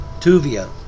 Tuvia